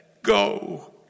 Go